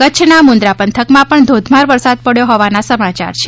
કચ્છના મુંદ્રા પંથકમાં પજ્ઞ ધોધમાર વરસાદ પડચો હોવાના સમાચાર છે